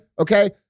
Okay